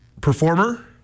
performer